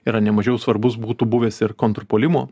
yra nemažiau svarbus būtų buvęs ir kontrpuolimo